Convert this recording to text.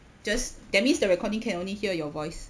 just that means the recording can only hear your voice